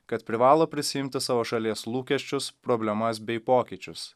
kad privalo prisiimti savo šalies lūkesčius problemas bei pokyčius